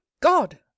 god